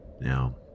Now